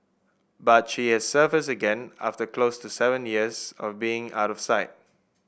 but she has surfaced again after close to seven years of being out of sight